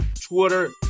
Twitter